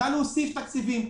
נא להוסיף תקציבים.